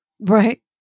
Right